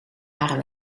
haar